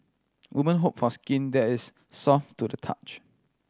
woman hope for skin that is soft to the touch